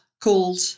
called